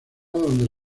donde